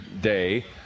Day